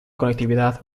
conectividad